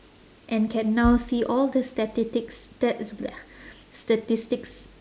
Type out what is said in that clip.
and can now see all the statistic st~ bleagh statistics